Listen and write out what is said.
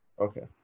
Okay